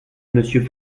monsieur